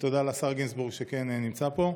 ותודה לשר גינזבורג שכן נמצא פה.